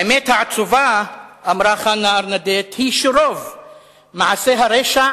האמת העצובה, אמרה חנה ארנדט, היא שרוב מעשי הרשע